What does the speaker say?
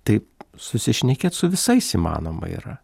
taip susišnekėt su visais įmanoma yra